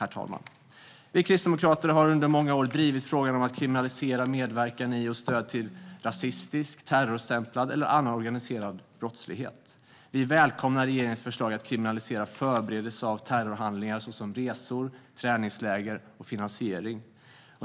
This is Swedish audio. Vi kristdemokrater har under många år drivit frågan om att kriminalisera medverkan i och stöd till rasistisk, terrorstämplad eller annan organiserad brottslighet. Vi välkomnar regeringens förslag att kriminalisera förberedelse av terrorhandlingar såsom resor, träningsläger och finansiering.